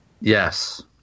Yes